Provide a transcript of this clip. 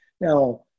Now